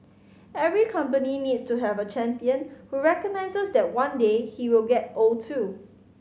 every company needs to have a champion who recognises that one day he will get old too